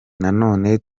nanone